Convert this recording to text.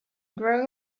growing